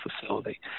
facility